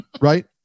right